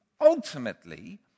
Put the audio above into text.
Ultimately